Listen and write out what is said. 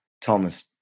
Thomas